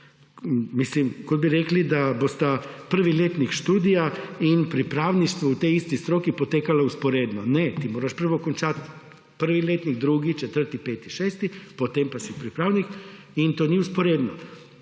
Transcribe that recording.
Mislim, kot bi rekli, da bosta prvi letnik študija in pripravništvo v tej isti stroki potekala vzporedno. Ne, ti moraš prvo končati prvi letnik, drugi, četrti, peti, šesti, potem pa si pripravnik. In to ni vzporedno.